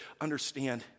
understand